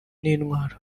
n’intwaro